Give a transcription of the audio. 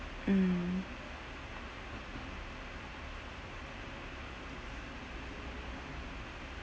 mm